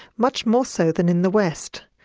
much more so than in the west.